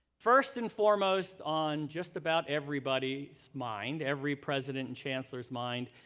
first and foremost on just about everybody's mind, every president and chancellor's mind,